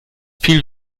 viel